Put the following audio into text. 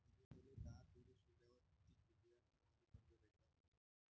मले दहा तोळे सोन्यावर कितीक रुपया प्रमाण कर्ज भेटन?